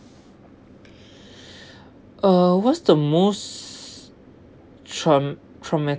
uh what's the most